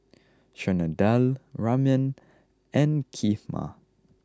Chana Dal Ramen and Kheema